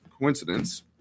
Coincidence